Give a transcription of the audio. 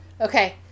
Okay